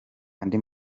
andi